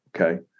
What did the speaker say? okay